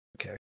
Okay